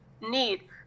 need